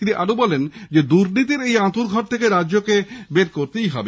তিনি আরও বলেন দুর্নীতির এই আঁতুড়ঘর থেকে রাজ্যকে বের করতে হবে